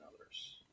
others